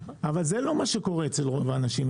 אבל לא זה מה שקורה אצל רוב האנשים.